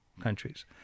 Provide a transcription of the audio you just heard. countries